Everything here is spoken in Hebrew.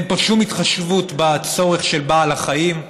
אין פה שום התחשבות בצורך של בעל החיים,